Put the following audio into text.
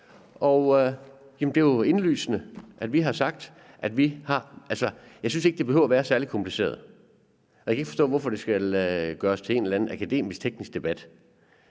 er det fuldstændig rigtigt. Men altså, jeg synes ikke, det behøver være særlig kompliceret. Jeg kan ikke forstå, hvorfor det skal gøres til en eller anden akademisk, teknisk debat.